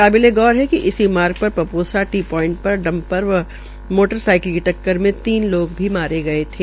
काबिले गौर कि इसी मार्ग पर पपोसा टी प्वांट पर डंपर व मोटर साइकिल की टक्कर में तीन लोग मारे गये थे